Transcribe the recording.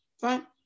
Fine